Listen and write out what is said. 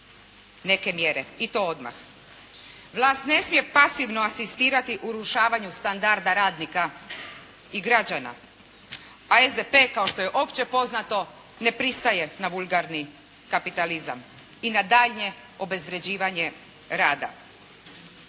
neke mjere i to odmah. Vlast ne smije pasivno asistirati urušavanju standardu radnika i građana, a SDP kao što je opće poznato, ne pristaje na vulgarni kapitalizam i na daljnje obezvređivanje rada.